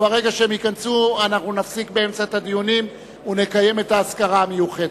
ברגע שהם ייכנסו אנחנו נפסיק את הדיונים ונקיים את האזכרה המיוחדת.